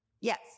Yes